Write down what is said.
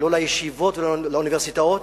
ולא לישיבות ולא לאוניברסיטאות.